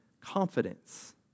confidence